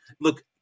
Look